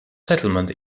settlement